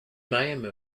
même